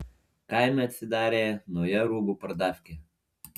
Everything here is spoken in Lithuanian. kaime atsidarė nauja rūbų pardafkė